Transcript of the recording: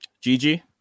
Gigi